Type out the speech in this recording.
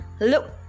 Look